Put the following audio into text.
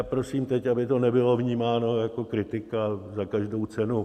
Prosím teď, aby to nebylo vnímáno jako kritika za každou cenu.